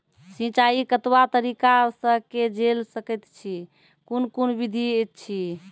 सिंचाई कतवा तरीका सअ के जेल सकैत छी, कून कून विधि ऐछि?